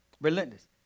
Relentless